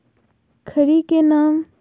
खड़ी के नाम?